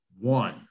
one